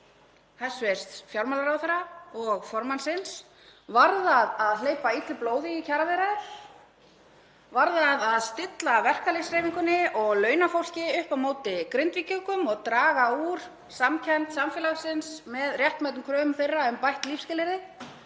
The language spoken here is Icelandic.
hæstv. fjármálaráðherra og formannsins? Var það að hleypa illu blóði í kjaraviðræður? Var það að stilla verkalýðshreyfingunni og launafólki upp á móti Grindvíkingum og draga úr samkennd samfélagsins með réttmætum kröfum þeirra um bætt lífsskilyrði?